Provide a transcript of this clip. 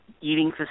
eating